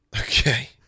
Okay